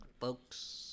Folks